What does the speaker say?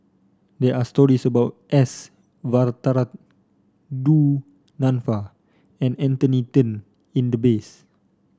there are stories about S Varathan Du Nanfa and Anthony Then in the base